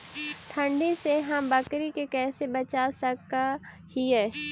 ठंडी से हम बकरी के कैसे बचा सक हिय?